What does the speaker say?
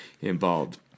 involved